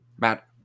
Matt